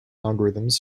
algorithms